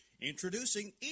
Introducing